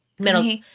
middle